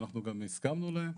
שאנחנו גם הסכמנו להם.